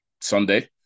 Sunday